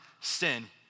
sin